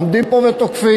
עומדים פה ותוקפים.